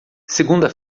segunda